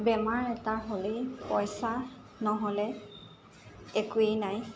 বেমাৰ এটা হ'লেই পইচা নহ'লে একোৱেই নাই